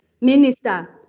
minister